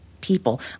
people